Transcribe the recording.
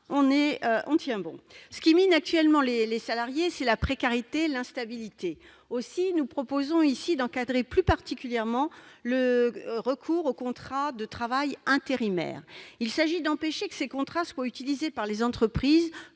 Ce qui mine actuellement les salariés, c'est la précarité, l'instabilité. Aussi, nous proposons ici d'encadrer plus particulièrement le recours aux contrats de travail intérimaires. Il s'agit d'empêcher que ces contrats ne soient utilisés par les entreprises